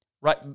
right